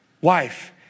Wife